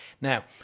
Now